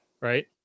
right